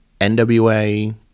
nwa